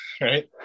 Right